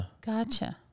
Gotcha